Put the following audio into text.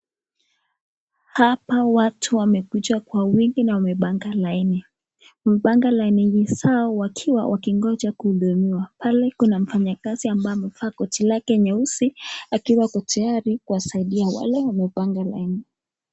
Hapa watu wamekuja kwa wingi na wamepanga laini. Wamepanga laini ni sawa wakiwa wakingonja kuhudumiwa. Pale kuna mfanyakazi ambaye amevaa koti yake nyeusi, akiwa ako tayari kuwasaidia wale wamepanga line.